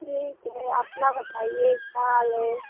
हाँ ठीक हैं अपना बताइए क्या हाल है